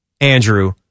Andrew